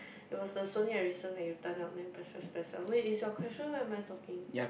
it was the Sony Ericsson that you turn out then press press press out when it's your question why am I talking